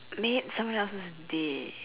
make someone else's day